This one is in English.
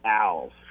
Owls